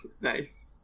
nice